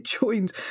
joined